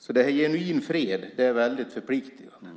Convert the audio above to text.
Så en genuin fred är väldigt förpliktande.